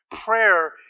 Prayer